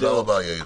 תודה רבה, יאיר.